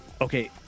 okay